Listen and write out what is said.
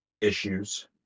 issues